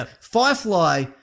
Firefly